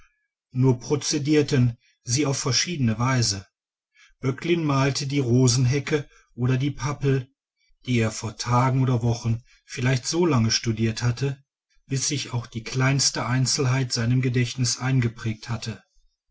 nur prozedierten sie auf verschiedene weise böcklin malte die rosenhecke oder die pappel die er vor tagen oder wochen vielleicht so lange studiert hatte bis sich auch die kleinste einzelheit seinem gedächtnis eingeprägt hatte